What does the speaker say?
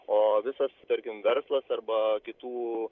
o visos tarkim verslas arba kitų